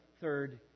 Third